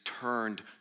turned